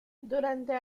durante